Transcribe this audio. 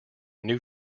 new